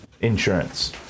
insurance